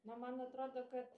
na man atrodo kad